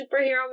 superhero